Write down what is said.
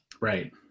Right